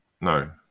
no